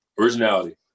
Originality